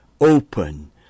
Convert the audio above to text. open